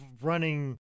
running